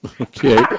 Okay